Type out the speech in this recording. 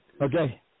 Okay